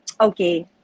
Okay